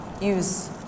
use